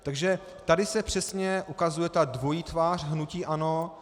Takže tady se přesně ukazuje dvojí tvář hnutí ANO.